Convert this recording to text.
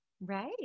Right